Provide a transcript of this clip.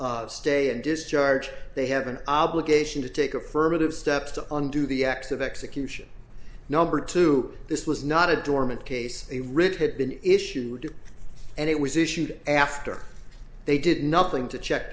of state and discharge they have an obligation to take affirmative steps to undo the act of execution number two this was not a dormant case a writ had been issued and it was issued after they did nothing to check